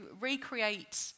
recreate